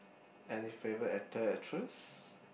any favorite actor actress